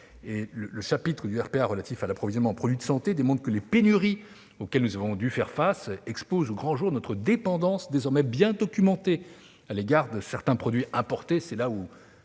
Le chapitre du RPA relatif à l'approvisionnement en produits de santé démontre que les pénuries auxquelles nous avons été confrontés exposent au grand jour notre dépendance- désormais bien documentée -à l'égard de certains produits importés.